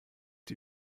die